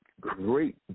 great